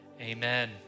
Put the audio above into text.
Amen